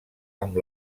amb